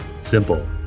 simple